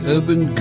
Urban